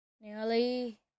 nearly